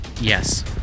Yes